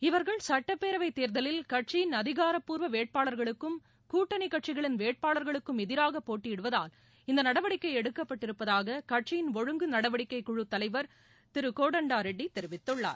இவர்கள் சட்டப்பேரவைத் தேர்தலில் கட்சியிள் அதிகாரப்பூர்வ வேட்பாளர்களுக்கும் கூட்டணி கட்சிகளின் வேட்பாளர்களுக்கும் எதிராக போட்டியிடுவதால் இந்த நடவடிக்கை எடுக்கப்பட்டு இருப்பதாக கட்சியின் ஒழுங்கு நடவடிக்கைக் குழு தலைவர் திரு கோடண்டா ரெட்டி தெரிவித்துள்ளார்